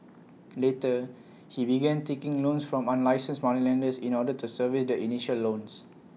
later he began taking loans from unlicensed moneylenders in order to service the initial loans